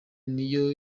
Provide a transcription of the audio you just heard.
niyo